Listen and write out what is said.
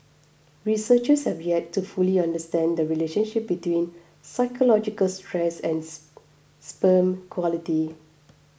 researchers have yet to fully understand the relationship between psychological stress and sperm quality